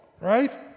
right